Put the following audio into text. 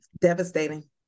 devastating